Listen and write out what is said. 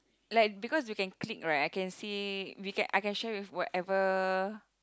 like because you can click right I can see we I I can share with whatever